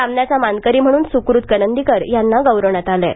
सामन्याचा मानकरी म्हणून सुकृत करंदीकर यांना गौरवण्यात आलं आहे